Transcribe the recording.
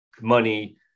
money